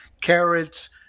carrots